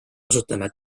kasutame